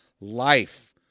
life